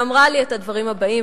ואמרה לי את הדברים הבאים,